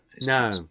no